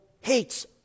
hates